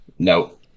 No